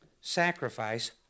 sacrifice